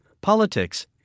politics